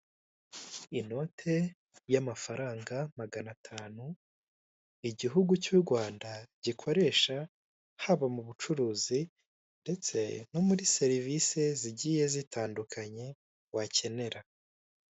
Inote y'amafaranga magana atanu igihugu cy'u Rwanda gikoresha, haba mu bucuruzi ndetse no muri serivise zigiye zitandukanye bakenera.